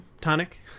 tonic